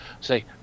say